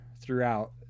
throughout